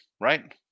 right